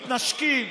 מתנשקים,